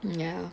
ya